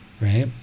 right